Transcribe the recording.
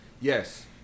yes